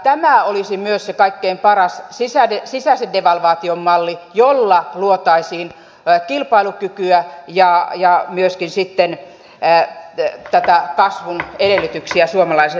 tämä olisi myös se kaikkein paras sisäisen devalvaation malli jolla luotaisiin kilpailukykyä ja myöskin sitten näitä kasvun edellytyksiä suomalaiselle teollisuudelle